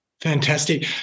Fantastic